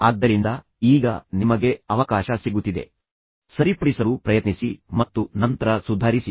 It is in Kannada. ಆದ್ದರಿಂದ ಈಗ ನಿಮಗೆ ಅವಕಾಶ ಸಿಗುತ್ತಿದೆ ಆದ್ದರಿಂದ ಸರಿಪಡಿಸಲು ಪ್ರಯತ್ನಿಸಿ ಮತ್ತು ನಂತರ ಸುಧಾರಿಸಿ